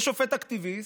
יש שופט אקטיביסט,